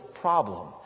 problem